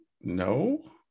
No